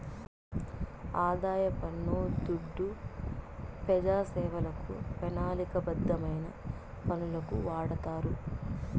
ఆదాయ పన్ను దుడ్డు పెజాసేవలకు, పెనాలిక బద్ధమైన పనులకు వాడతారు